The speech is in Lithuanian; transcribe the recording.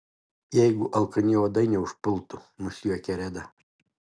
jeigu alkani uodai neužpultų nusijuokė reda